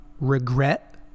regret